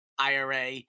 IRA